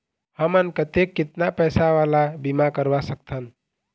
हमन कतेक कितना पैसा वाला बीमा करवा सकथन?